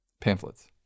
pamphlets